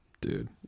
Dude